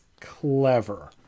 clever